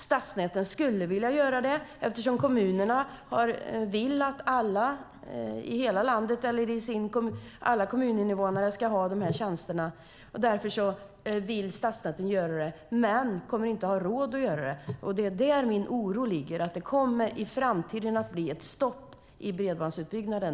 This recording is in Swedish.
Stadsnäten skulle vilja göra det, eftersom kommunerna vill att alla kommuninvånare ska ha de här tjänsterna. Men de kommer inte att ha råd att göra det. Det är där min oro ligger, att det i framtiden kommer att bli ett stopp i bredbandsutbyggnaden.